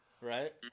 Right